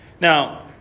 Now